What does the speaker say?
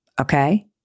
Okay